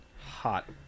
hot